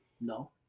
No